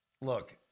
look